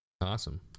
awesome